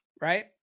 right